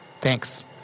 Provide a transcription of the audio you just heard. Thanks